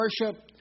worship